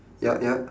yup yup